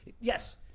Yes